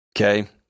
Okay